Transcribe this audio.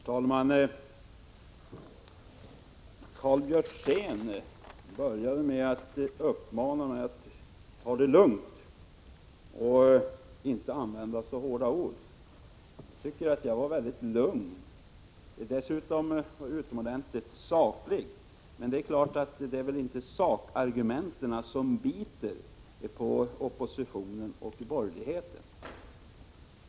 Herr talman! Karl Björzén började sin replik med att uppmana mig att ta det lugnt och inte använda så hårda ord. Jag tycker att jag var väldigt lugn och dessutom utomordentligt saklig. Men det är väl inte sakargumenten som biter på oppositionen och borgerligheten.